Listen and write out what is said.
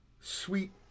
Sweet